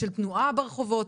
של תנועה ברחובות,